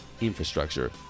infrastructure